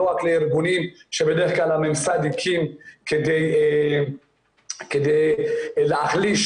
לא רק לארגונים שבדרך כלל הממסד הקים כדי להחליש